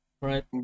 right